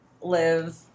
live